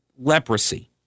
leprosy